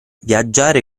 viaggiare